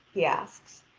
he asks,